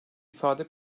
ifade